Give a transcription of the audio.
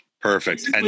perfect